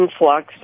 influx